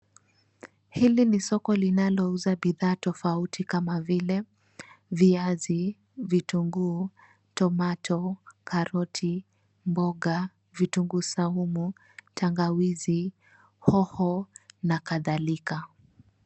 Hili ni soko linalouza bidhaa tofauti kama vile viazi, vitunguu, tomato , karoti, mboga, vitunguu saumu, tangawizi, hoho na kadhalika.